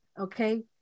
Okay